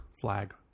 flag